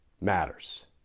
matters